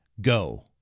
go